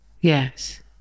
Yes